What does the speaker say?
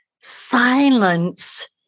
Silence